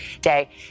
day